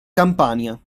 campania